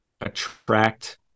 attract